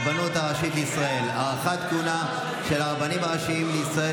הצעת חוק הרבנות הראשית לישראל (הארכת כהונה של הרבנים הראשיים לישראל